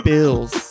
Bills